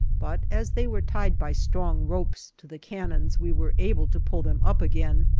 but as they were tied by strong ropes to the cannons we were able to pull them up again,